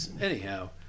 Anyhow